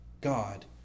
God